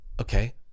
Okay